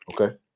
okay